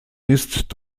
ist